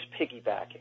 piggybacking